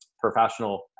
professional